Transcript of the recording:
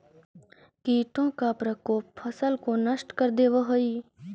कीटों का भी प्रकोप फसल को नष्ट कर देवअ हई